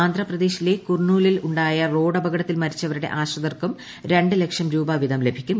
ആന്ധ്രപ്രദേശിലെ കൂർനൂലിൽ ഉണ്ടായ റോഡപകടത്തിൽ മരിച്ചവരുടെ ആശ്രിതർക്കും രണ്ട് ലക്ഷം രൂപ ലഭിക്കും